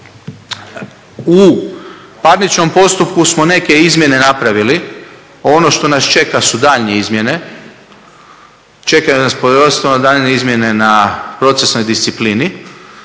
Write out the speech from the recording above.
U parničnom postupku smo neke izmjene napravili, ono što nas čeka su daljnje izmjene, čekaju nas daljnje izmjene na procesnoj disciplini.